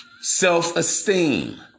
self-esteem